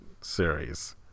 series